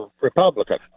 Republican